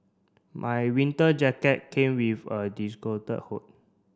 my winter jacket came with a hood